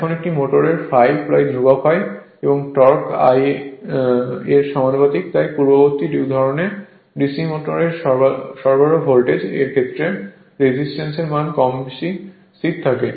এখন একটি মোটরে ∅ প্রায় ধ্রুবক থাকে এবং টর্ক I এর সমানুপাতিক তাই পূর্ববর্তী উদাহরণে DC মোটর এর সরবরাহ ভোল্টেজ এর ক্ষেত্রে রেজিস্ট্যান্সের মান কম বেশি স্থির থাকে